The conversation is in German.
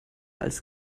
als